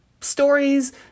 stories